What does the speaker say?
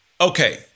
okay